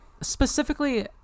Specifically